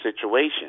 situation